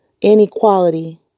inequality